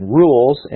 rules